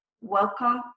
Welcome